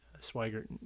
Swigert